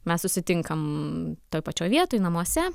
mes susitinkam toj pačioj vietoj namuose